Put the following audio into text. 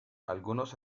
algunos